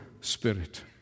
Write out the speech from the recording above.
spirit